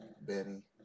Benny